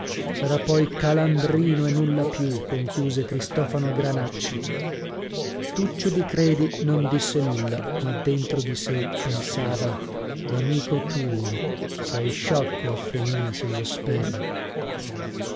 sarà poi calandrino e nulla più conchiuse cristofano granacci tuccio di credi non disse nulla ma dentro di sè pensava amico tuo sei sciocco affè mia se lo speri